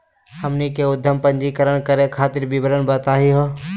हमनी के उद्यम पंजीकरण करे खातीर विवरण बताही हो?